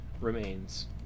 remains